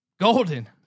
Golden